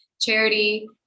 charity